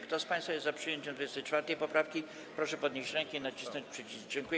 Kto z państwa jest za przyjęciem 24. poprawki, proszę podnieść rękę i nacisnąć przycisk.